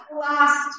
last